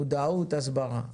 מודעות, הסברה.